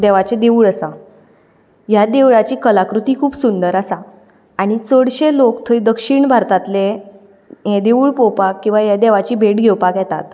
देवाचें देवूळ आसा ह्या देवळाची कलाकृती खूब सुंदर आसा आनी चडशे लोक थंय दक्षीण भारतांतले हें देवूळ पोवपाक किंवां ह्या देवाची भेट घेवपाक येतात